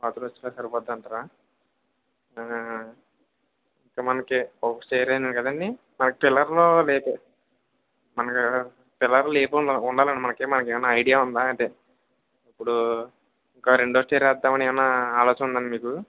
అవతలొచ్చినా సరిపోద్దంటారా ఇంకా మనకి ఒక స్టెరెనే కదండీ మనకి పిల్లర్లూ లేదు మనకు పిల్లర్లు లేపి ఉండ ఉండాలా మనకి మనకేమన్న ఐడియా ఉందా అంటే ఇప్పుడూ ఇంకో రెండో స్టేర్ వేద్దామని ఏమన్న ఆలోచన ఉందా అండి మీకు